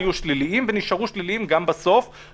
הם קובעים את מפות החום בלי לשבת עם אנשי נתונים של הרשות,